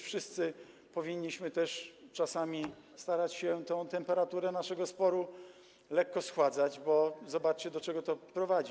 Wszyscy powinniśmy czasami starać się tę temperaturę naszego sporu lekko schładzać, bo zobaczcie, do czego to prowadzi.